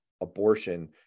abortion